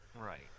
Right